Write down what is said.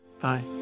Bye